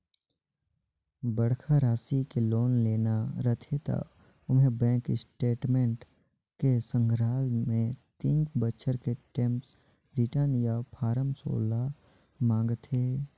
बड़खा रासि के लोन लेना रथे त ओम्हें बेंक स्टेटमेंट के संघराल मे तीन बछर के टेम्स रिर्टन य फारम सोला मांगथे